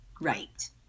Right